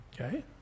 Okay